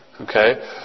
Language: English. Okay